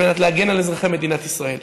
על מנת להגן על אזרחי מדינת ישראל.